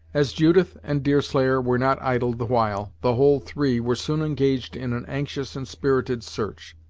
as judith and deerslayer were not idle the while, the whole three were soon engaged in an anxious and spirited search.